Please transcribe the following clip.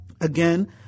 Again